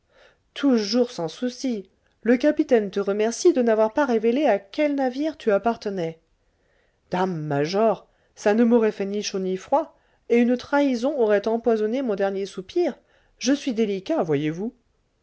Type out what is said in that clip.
toujours sans souci le capitaine te remercie de n'avoir pas révélé à quel navire tu appartenais dame major ça ne m'aurait fait ni chaud ni froid et une trahison aurait empoisonné mon dernier soupir je suis délicat voyez-vous